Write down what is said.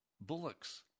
bullocks